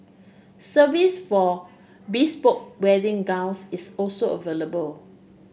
service for bespoke wedding gowns is also available